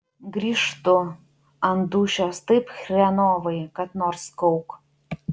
grįžtu ant dūšios taip chrenovai kad nors kauk